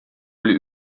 oli